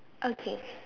okay